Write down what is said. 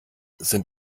sind